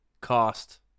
cost